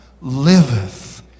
liveth